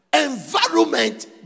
environment